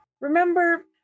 Remember